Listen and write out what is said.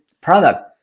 product